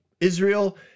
Israel